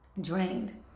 Drained